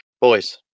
Boys